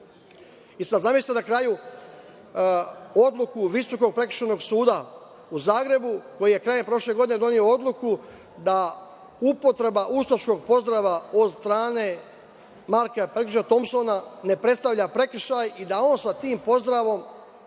sada, zamislite na kraju odluku Visokog prekršajnog suda u Zagrebu koji je krajem prošle godine doneo odluku da upotreba ustaškog pozdrava od strane Marka Perković Tompsona ne predstavlja prekršaj i da on sa tim pozdravom